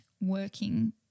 working